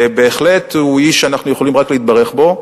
הוא בהחלט איש שאנחנו יכולים רק להתברך בו.